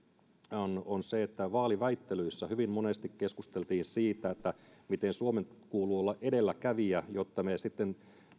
liittyy siihen että vaaliväittelyissä hyvin monesti keskusteltiin siitä miten suomen kuuluu olla edelläkävijä jotta me sitten